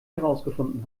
herausgefunden